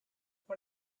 what